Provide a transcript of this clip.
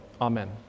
Amen